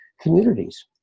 communities